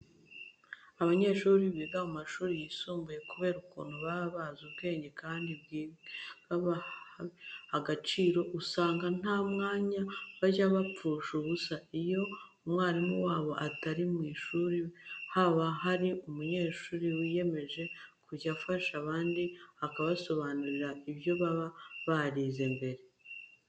Abanyeshuri biga mu mashuri yisumbuye kubera ukuntu baba bazi ubwenge kandi kwiga babiha agaciro, usanga nta mwanya bajya bapfusha ubusa. Iyo umwarimu wabo atari mu ishuri haba hari umunyeshuri wiyemeje kujya afasha abandi akabasobanurira ibyo baba barize mbere.